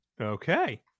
Okay